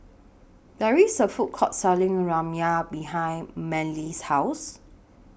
There IS A Food Court Selling Ramyeon behind Manley's House